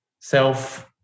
self